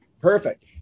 perfect